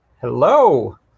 hello